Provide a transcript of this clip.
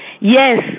Yes